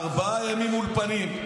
ארבעה ימים אולפנים,